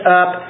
up